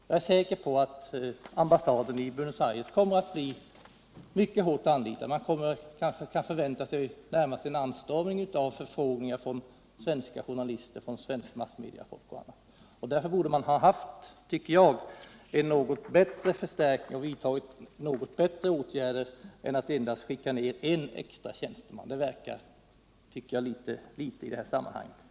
Jag är säker på att ambassaden i Buenos Aires kommer att bli mycket hårt anlitad och att det blir närmast en anstormning av förfrågningar från svenska journalister och svenskt massmedicefolk i övrigt. Jag tycker därför att ambassaden borde ha fått en något bättre förstärkning och att regeringen borde ha vidtagit något bättre åtgärder än att endast skicka ner en extra tjänsteman — det verkar ganska litet i sammanhanget.